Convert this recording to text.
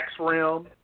taxrealm